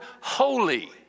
holy